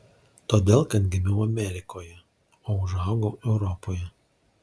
todėl kad gimiau amerikoje o užaugau europoje